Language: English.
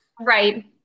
Right